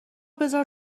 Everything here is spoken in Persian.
بزار